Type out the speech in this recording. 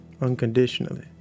unconditionally